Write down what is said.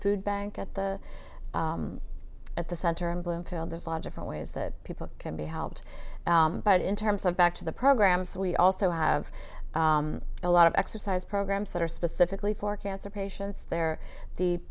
food bank at the at the center in bloomfield there's a lot of different ways that people can be helped but in terms of back to the programs we also have a lot of exercise programs that are specifically for cancer patients they're